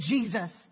Jesus